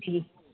ठीक